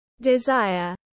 desire